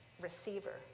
receiver